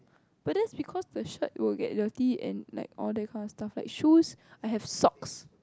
but that's because the shirt will get dirty and like all that kind of stuff like shoes I have socks